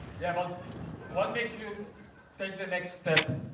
yeah, but what makes you take the next step?